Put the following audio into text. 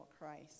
Christ